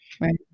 Right